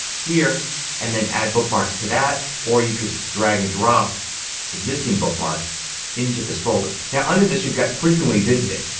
here and then add bookmarks to that or you can drag and drop existing bookmarks into this folder. now yeah under this you've got frequently visited.